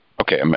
Okay